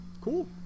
Cool